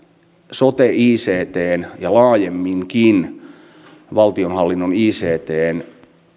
sote ictn ja laajemminkin valtionhallinnon ictn